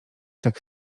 tak